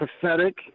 pathetic